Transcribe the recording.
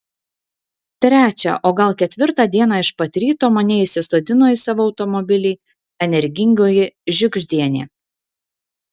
trečią o gal ketvirtą dieną iš pat ryto mane įsisodino į savo automobilį energingoji žiugždienė